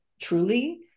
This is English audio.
truly